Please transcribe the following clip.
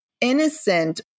innocent